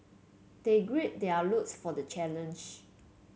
they gird their for the challenge